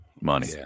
money